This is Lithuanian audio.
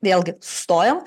vėlgi sustojam